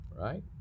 right